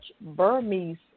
Burmese